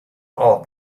off